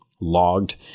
logged